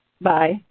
Bye